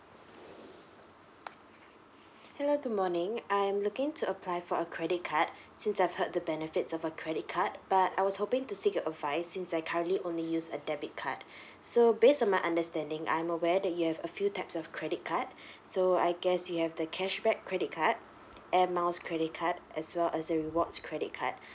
hello good morning I'm looking to apply for a credit card since I've heard the benefits of a credit card but I was hoping to seek your advice since I currently only use a debit card so based on my understanding I'm aware that you have a few types of credit card so I guess you have the cashback credit card air miles credit card as well as a rewards credit card